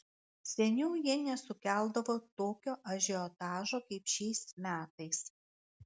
seniau jie nesukeldavo tokio ažiotažo kaip šiais metais